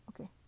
okay